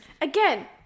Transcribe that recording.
again